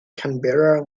canberra